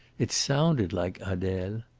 it sounded like adele.